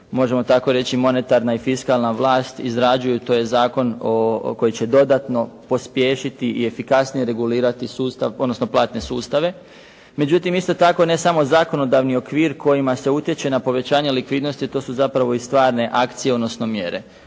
možemo tako reći monetarna i fiskalna vlast izrađuju, to je zakon koji će dodatno pospješiti i efikasnije regulirati platne sustave. Međutim, isto tako ne samo zakonodavni okvir kojima se utječe na povećanje likvidnosti, to su zapravo i stvarne akcije, odnosno mjere.